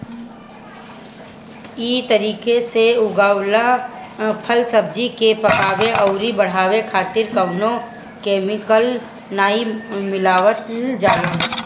इ तरीका से उगावल फल, सब्जी के पकावे अउरी बढ़ावे खातिर कवनो केमिकल नाइ मिलावल जाला